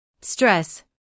stress